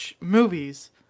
movies